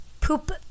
poop